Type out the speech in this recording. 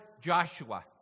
Joshua